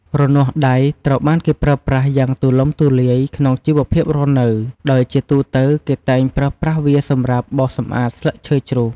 រនាស់ដៃត្រូវបានគេប្រើប្រាស់យ៉ាងទូលំទូលាយក្នុងជីវភាពរស់នៅ ដោយជាទូទៅគេតែងប្រើប្រាស់វាសម្រាប់ បោសសម្អាតស្លឹកឈើជ្រុះ។